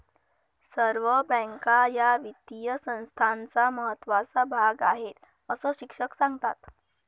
सर्व बँका या वित्तीय संस्थांचा महत्त्वाचा भाग आहेत, अस शिक्षक सांगतात